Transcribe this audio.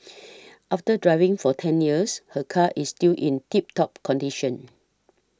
after driving for ten years her car is still in tip top condition